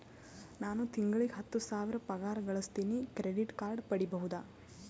ನಾನು ತಿಂಗಳಿಗೆ ಹತ್ತು ಸಾವಿರ ಪಗಾರ ಗಳಸತಿನಿ ಕ್ರೆಡಿಟ್ ಕಾರ್ಡ್ ಪಡಿಬಹುದಾ?